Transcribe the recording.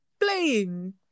playing